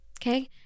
Okay